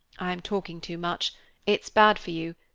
i'm talking too much it's bad for you.